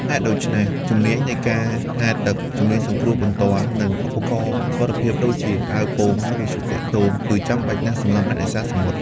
ហេតុដូច្នេះ ជំនាញនៃការហែលទឹក ជំនាញសង្គ្រោះបន្ទាន់ និងឧបករណ៍សុវត្ថិភាពដូចជា អាវពោង និងវិទ្យុទាក់ទង គឺចាំបាច់ណាស់សម្រាប់អ្នកនេសាទសមុទ្រ។